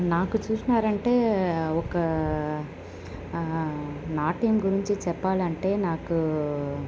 నాకు చూసినారంటే ఒక నాట్యం గురించి చెప్పాలంటే నాకు